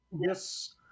Yes